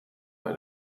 bei